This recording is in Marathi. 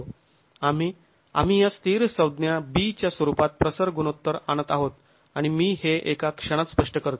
आम्ही आम्ही या स्थिर संज्ञा b च्या स्वरूपात प्रसर गुणोत्तर आणत आहोत आणि मी हे एका क्षणात स्पष्ट करतो